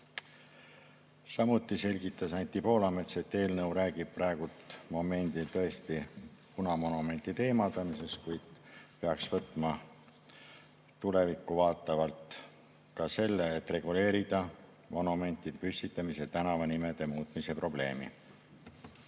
Samuti selgitas Anti Poolamets, et eelnõu räägib praegu tõesti punamonumendi teemadel, kuid peaks võtma tulevikku vaatavalt ette ka selle, et reguleerida monumentide püstitamise ja tänavanimede muutmise probleemi.